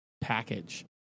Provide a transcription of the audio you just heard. package